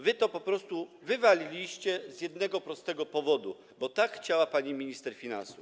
Wy to po prostu wywaliliście z jednego prostego powodu - bo tak chciała pani minister finansów.